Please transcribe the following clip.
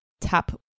tap